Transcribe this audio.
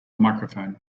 microphone